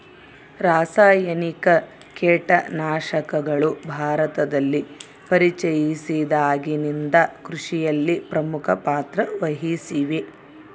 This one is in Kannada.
ರಾಸಾಯನಿಕ ಕೇಟನಾಶಕಗಳು ಭಾರತದಲ್ಲಿ ಪರಿಚಯಿಸಿದಾಗಿನಿಂದ ಕೃಷಿಯಲ್ಲಿ ಪ್ರಮುಖ ಪಾತ್ರ ವಹಿಸಿವೆ